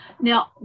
Now